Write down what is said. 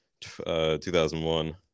2001